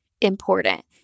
important